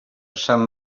sant